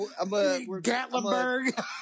Gatlinburg